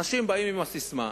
אנשים באים עם הססמה,